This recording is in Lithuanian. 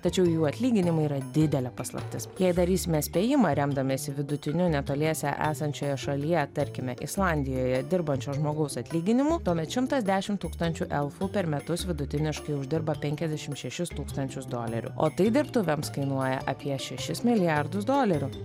tačiau jų atlyginimai yra didelė paslaptis jei darysime spėjimą remdamiesi vidutiniu netoliese esančioje šalyje tarkime islandijoje dirbančio žmogaus atlyginimu tuomet šimtas dešim tūkstančių elfų per metus vidutiniškai uždirba penkiasdešim šešis tūkstančius dolerių o tai dirbtuvėms kainuoja apie šešis milijardus dolerių